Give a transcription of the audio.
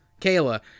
Kayla